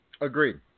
Agreed